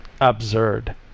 Absurd